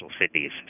cities